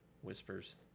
Whispers